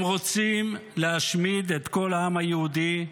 הם רוצים להשמיד את כל העם היהודי,